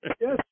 Yes